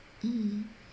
mm